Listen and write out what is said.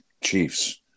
Chiefs